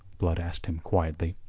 blood asked him quietly.